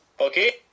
okay